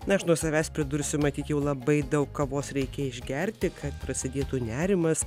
na aš nuo savęs pridursiu matyt jau labai daug kavos reikia išgerti kad prasidėtų nerimas